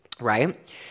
Right